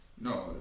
No